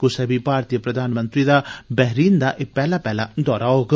कुसै भारतीय प्रधानमंत्री दा बैहरीन दा एह पैहला पैहला दौरा होग